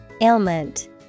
ailment